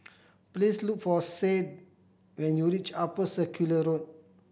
please look for Sadye when you reach Upper Circular Road